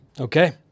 Okay